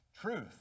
truth